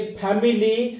family